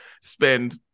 spend